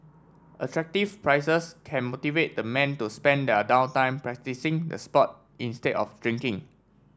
attractive prizes can motivate the men to spend their down time practising the sport instead of drinking